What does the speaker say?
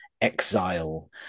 Exile